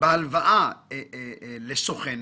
בהלוואה ל"סוכנת"